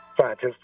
scientists